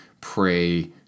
pray